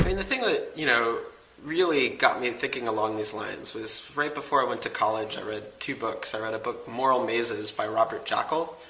the thing that you know really got me thinking along this line was right before i went to college, i read two books. i read a book, moral mazes by robert jackall,